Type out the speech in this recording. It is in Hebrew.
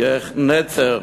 כנצר,